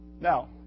Now